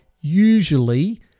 usually